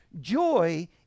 Joy